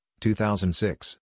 2006